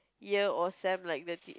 year or sem like the